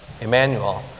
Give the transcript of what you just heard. Emmanuel